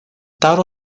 tero